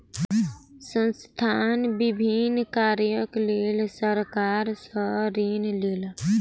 संस्थान विभिन्न कार्यक लेल सरकार सॅ ऋण लेलक